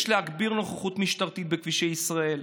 יש להגביר את הנוכחות המשטרתית בכבישי ישראל.